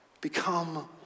become